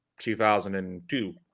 2002